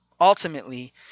Ultimately